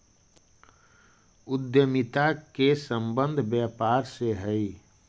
उद्यमिता के संबंध व्यापार से हई